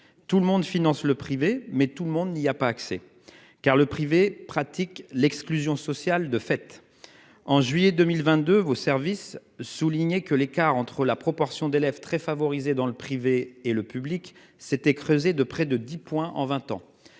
Tout le monde finance le privé mais tout le monde n'y a pas accès car le privé pratique l'exclusion sociale de fait en juillet 2022, vos services soulignait que l'écart entre la proportion d'élèves très favorisés dans le privé et le public s'était creusé de près de 10 points en 20 ans.